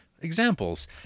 examples